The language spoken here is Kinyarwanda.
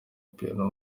piano